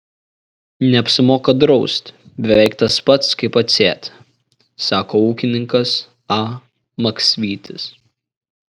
neapsimoka draust beveik tas pats kaip atsėt sako ūkininkas a maksvytis